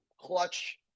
clutch